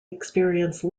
experience